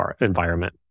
environment